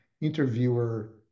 interviewer